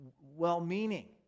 well-meaning